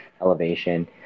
elevation